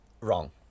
wrong